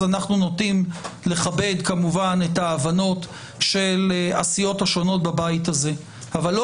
אנו נוטים לכבד את ההבנות של הסיעות השונות בבית הזה אבל לא